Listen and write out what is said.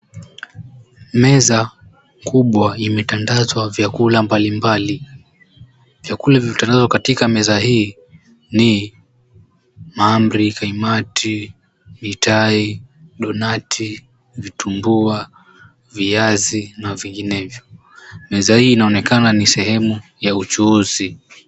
Meza kubwa imetandazwa vyakula mbalimbali. Vyakula vilivyotandazwa katika meza hii ni mahamri, kaimati, mitai, donati, vitumbua, viazi na vinginevyo. Meza hii inaonekana ni sehemu ya uchuuzi.